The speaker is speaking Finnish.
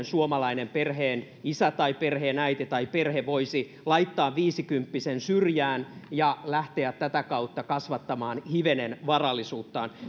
suomalainen perheenisä tai perheenäiti tai perhe voisi laittaa viisikymppisen syrjään ja lähteä tätä kautta kasvattamaan hivenen varallisuuttaan